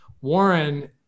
Warren